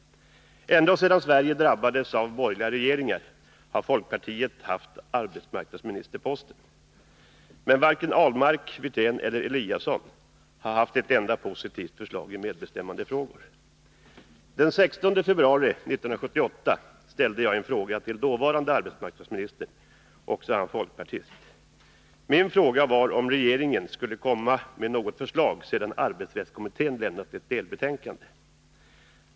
Ända sedan Sverige drabbades av borgerliga regeringar har folkpartiet haft arbetsmarknadsministerposten. Men varken herrar Ahlmark, Wirtén 3 eller Eliasson har haft ett enda positivt förslag i medbestämmandefrågor. Den 16 februari 1978 ställde jag en fråga till dåvarande arbetsmarknadsministern, också han folkpartist. Min fråga var om regeringen skulle komma med något förslag sedan arbetsrättskommittén lämnat en delbetänkande.